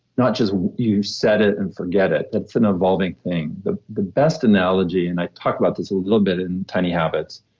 not just you set it and forget it. that's an evolving thing. the the best analogy and i talk about this a little bit in tiny habits,